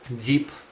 deep